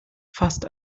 fast